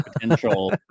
potential